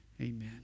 Amen